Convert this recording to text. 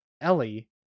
Ellie